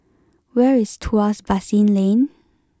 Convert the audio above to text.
where is Tuas Basin Lane